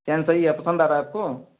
चैन सही है पसंद आता है आपको